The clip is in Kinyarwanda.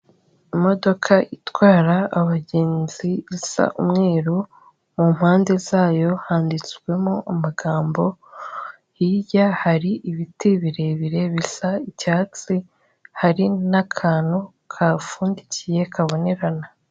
Imodoka itwara abagenzi isa umweru, mu mpande zayo handitswemo amagambo, hirya hari ibiti birebire bisa icyatsi, hari n'akantu kahapfundikiye kabonerana.